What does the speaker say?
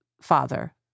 father